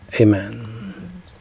amen